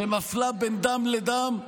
שמפלה בין דם לדם,